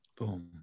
Boom